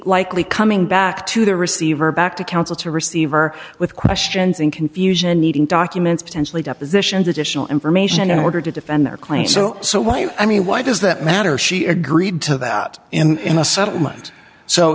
likely coming back to the receiver back to counsel to receiver with questions in confusion needing documents potentially depositions additional information in order to defend their claimed so so why you i me why does that matter she agreed to that in in a supplement so